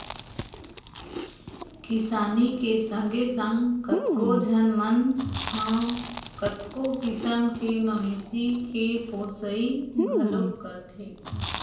किसानी के संगे संग कतको झन मन ह कतको किसम के मवेशी के पोसई घलोक करथे